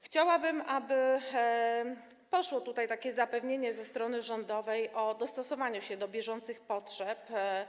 Chciałabym, aby poszło za tym zapewnienie ze strony rządowej o dostosowaniu się do bieżących potrzeb.